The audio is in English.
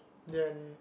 then